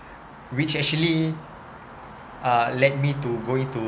which actually uh led me to go into